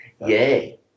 Yay